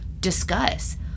discuss